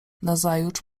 nazajutrz